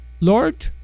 Lord